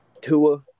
Tua